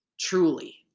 Truly